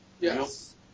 Yes